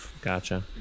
Gotcha